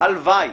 הלוואי.